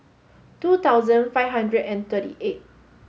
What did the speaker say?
two thousand five hundred and thirty eight